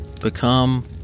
become